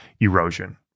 erosion